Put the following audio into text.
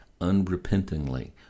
unrepentingly